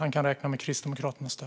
Han kan räkna med Kristdemokraternas stöd.